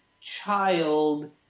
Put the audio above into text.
child